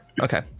Okay